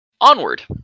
Onward